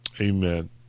Amen